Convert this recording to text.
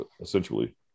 Essentially